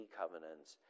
covenants